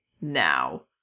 now